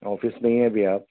office में ही हैं अभी आप